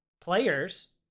players